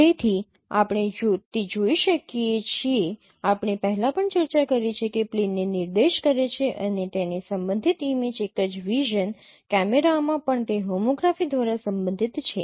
તેથી આપણે તે જોઈ શકીએ છીએ આપણે પહેલા પણ ચર્ચા કરી છે કે પ્લેનને નિર્દેશ કરે છે અને તેની સંબંધિત ઇમેજ એક જ વિઝન કેમેરામાં પણ તે હોમોગ્રાફી દ્વારા સંબંધિત છે